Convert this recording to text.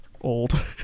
old